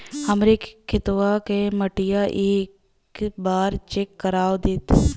हमरे खेतवा क मटीया एक बार चेक करवा देत?